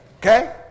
Okay